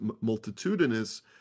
multitudinous